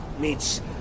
meets